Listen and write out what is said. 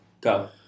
Go